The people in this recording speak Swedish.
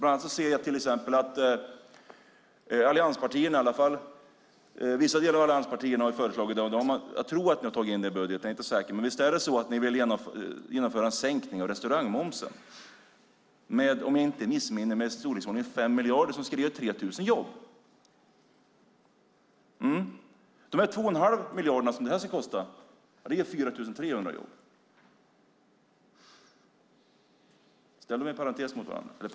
Bland annat ser jag att vissa av allianspartierna har föreslagit - jag tror att det finns med i budgeten men jag är inte säker - att genomföra en sänkning av restaurangmomsen med, om jag inte missminner mig, i storleksordningen 5 miljarder. Det ska ge 3 000 jobb. De 2 1⁄2 miljarderna som detta ska kosta motsvarar 4 300 jobb.